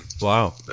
Wow